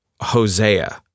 Hosea